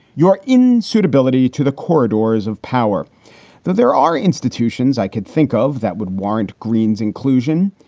you are in suitability to the corridors of power, that there are institutions i could think of that would warrant greens inclusion,